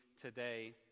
today